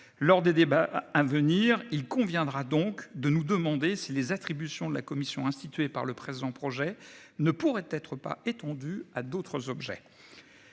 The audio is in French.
lors des débats à venir. Il conviendra donc de nous demander si les attributions de la commission, instituée par le présent projet ne pourrait être pas étendu à d'autres objets.